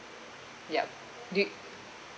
yup do we